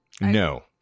No